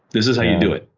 this is how you do it.